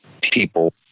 people